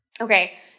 Okay